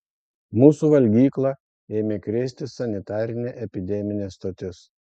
mūsų valgyklą ėmė krėsti sanitarinė epideminė stotis